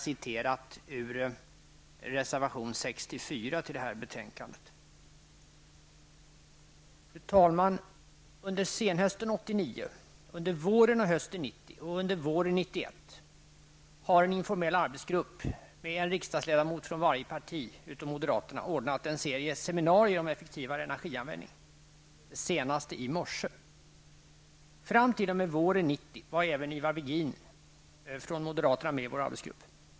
Under senhösten 1989, under våren och hösten 1990 och under våren 1991 har en informell arbetsgrupp med en riksdagsledamot från varje parti utom moderaterna ordnat en serie seminarier om effektivare energianvändning, det senaste i morse. Fram t.o.m. våren 1990 var även Ivar Virgin från moderaterna med i vår arbetsgrupp.